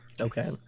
Okay